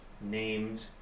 named